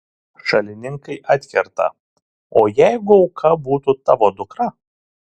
šalininkai atkerta o jeigu auka būtų tavo dukra